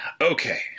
okay